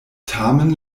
tamen